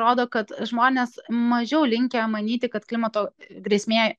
rodo kad žmonės mažiau linkę manyti kad klimato grėsmė